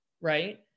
right